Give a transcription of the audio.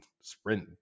sprint